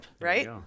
right